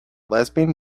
lesbian